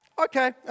Okay